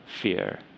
fear